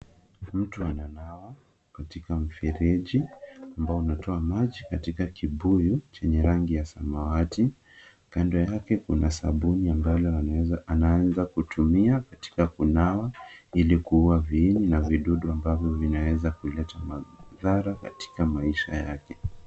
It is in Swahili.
Mtu ananawa katika mfereji ambao unatoa maji katika kibuyu chenye rangi ya samawati. Kando yake kuna sabuni ambayo anaweza kutumia katika kunawa ili kuua viini na vidudu ambavyo vinaweza kuleta madhara katika maisha yake.